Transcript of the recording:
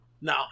No